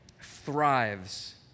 thrives